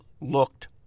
looked